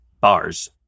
bars